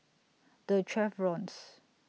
The Chevrons